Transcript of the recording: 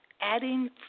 adding